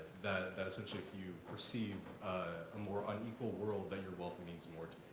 that that essentially if you perceive a more unequal world that your wealth means more to